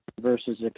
versus